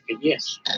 Yes